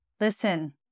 listen